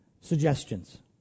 suggestions